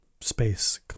space